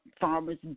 farmers